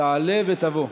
תעלה ותבוא.